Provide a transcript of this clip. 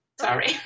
Sorry